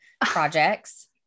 projects